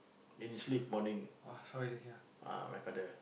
in his sleep morning ah my father